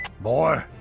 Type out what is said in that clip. Boy